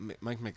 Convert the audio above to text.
Mike